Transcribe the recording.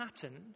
pattern